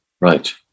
Right